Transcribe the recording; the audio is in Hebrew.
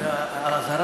באמת.